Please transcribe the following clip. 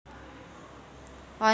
Online bill भरनं सुरक्षित हाय का?